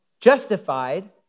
justified